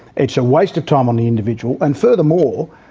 it's a waste of time on the individual, and furthermore,